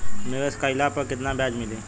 निवेश काइला पर कितना ब्याज मिली?